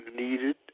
needed